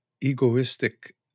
egoistic